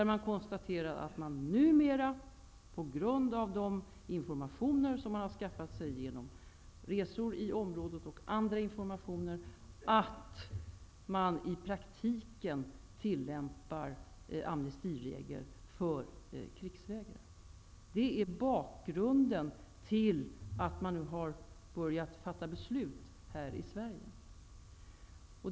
Man konstaterar, på grund av de informationer som man har skaffat sig genom resor i området och andra informationer, att amnestiregler numera i praktiken tillämpas för krigsvägrare. Det är bakgrunden till att Invandrarverket nu har börjat fatta beslut här i Sverige.